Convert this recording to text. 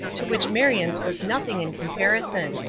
to which marion's was nothing in comparison.